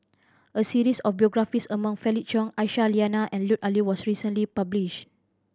a series of biographies about Felix Cheong Aisyah Lyana and Lut Ali was recently publish